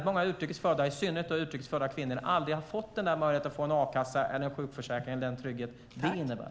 Många utrikes födda och i synnerhet utrikes födda kvinnor har aldrig fått möjligheten till a-kassa eller sjukförsäkring och den trygghet det innebär.